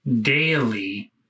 daily